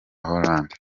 hollande